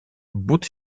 but